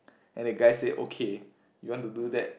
and the guy say okay you want to do that